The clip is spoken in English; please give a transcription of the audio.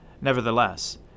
Nevertheless